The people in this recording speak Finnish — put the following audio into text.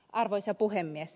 arvoisa puhemies